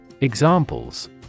Examples